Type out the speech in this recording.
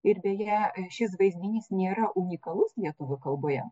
ir beje šis vaizdinys nėra unikalus lietuvių kalboje